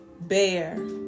bear